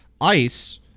ice